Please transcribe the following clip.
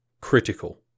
Critical